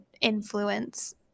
influence